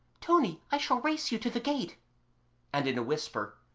tony, i shall race you to the gate and in a whisper,